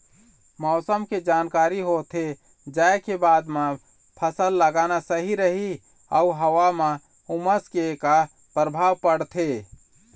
मौसम के जानकारी होथे जाए के बाद मा फसल लगाना सही रही अऊ हवा मा उमस के का परभाव पड़थे?